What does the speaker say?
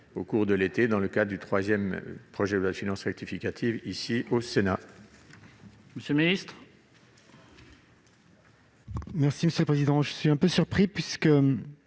au cours de l'été dernier dans le cadre du troisième projet de loi de finances rectificative, ici au Sénat.